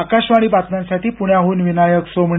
आकाशवाणी बातम्यांसाठी प्रण्याहून विनायक सोमणी